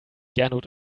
gernot